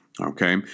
Okay